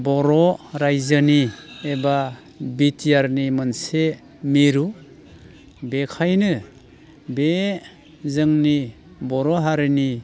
बर' रायजोनि एबा बिटिआरनि मोनसे मिरु बेखायनो बे जोंनि बर' हारिनि